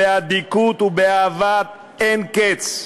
באדיקות ובאהבה אין קץ.